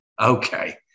okay